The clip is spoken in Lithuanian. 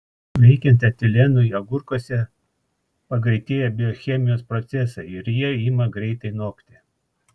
veikiant etilenui agurkuose pagreitėja biochemijos procesai ir jie ima greitai nokti